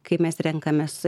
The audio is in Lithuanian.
kaip mes renkamės